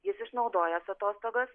jis išnaudojęs atostogas